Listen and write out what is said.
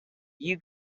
you